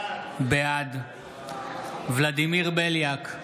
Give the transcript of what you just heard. בעד ולדימיר בליאק,